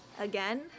Again